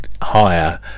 higher